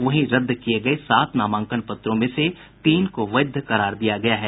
वहीं रद्द किये सात नामांकन पत्रों में से तीन को वैध करार दिया गया है